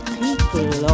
people